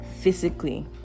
physically